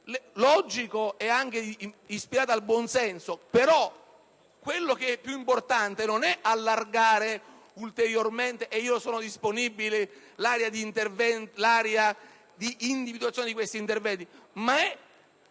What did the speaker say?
logico e anche ispirato al buon senso. Quello che però è più importante non è allargare ulteriormente - e sono disponibile - l'area di individuazione di questi interventi, ma è